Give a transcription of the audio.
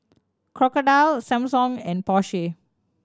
Crocodile Samsung and Porsche